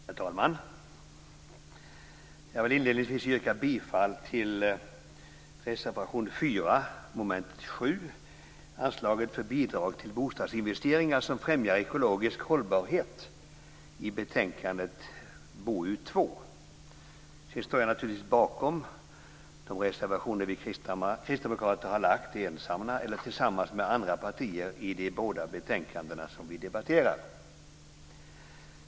Herr talman! Jag vill inledningsvis yrka bifall till reservation 4 under mom. 7 vad gäller anslaget för bidrag till bostadsinvesteringar som främjar ekologisk hållbarhet i betänkandet BoU2. Jag står naturligtvis bakom de reservationer Kristdemokraterna har gjort ensamt eller tillsammans med andra partier i de båda betänkanden som vi debatterar.